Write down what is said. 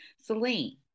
Celine